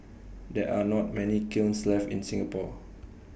there are not many kilns left in Singapore